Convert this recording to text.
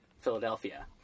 Philadelphia